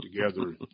together